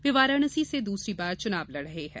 वे वाराणसी से दूसरी बार चुनाव लड़ रहे हैं